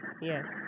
Yes